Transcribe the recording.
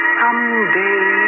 someday